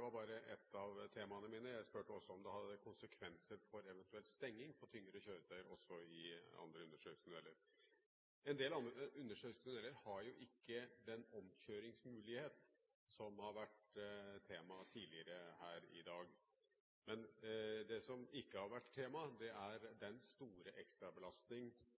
var bare ett av temaene mine – jeg spurte også om det har konsekvenser som eventuell stenging for tyngre kjøretøyer også i andre undersjøiske tunneler. En del andre undersjøiske tunneler har ikke den omkjøringsmuligheten som har vært tema her tidligere i dag. Men det som ikke har vært tema, er den store ekstrabelastning